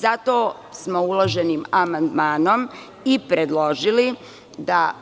Zato smo uloženim amandmanom i predložili da